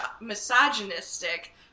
misogynistic